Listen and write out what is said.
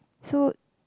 so